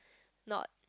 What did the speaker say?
not